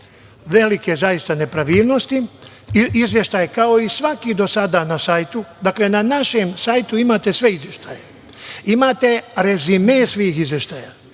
velike zaista nepravilnosti. Izveštaj je kao i svaki do sada na sajtu. Na našem sajtu imate sve izveštaje. Imate rezime svih izveštaja.